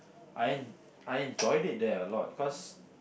I en~ I enjoyed it there a lot cause